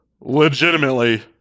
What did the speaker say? legitimately